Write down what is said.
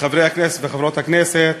חברי הכנסת וחברות הכנסת,